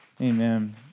Amen